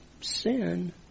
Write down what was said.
sin